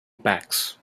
packs